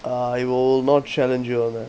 I will not challenge it one eh